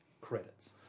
Credits